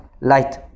light